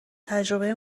تجربه